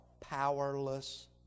powerless